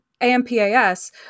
AMPAS